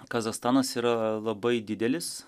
kazachstanas yra labai didelis